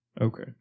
Okay